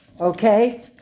Okay